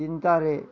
ଚିନ୍ତାରେ